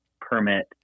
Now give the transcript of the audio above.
permit